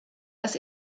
das